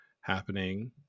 happening